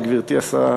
גברתי השרה,